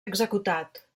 executat